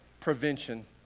prevention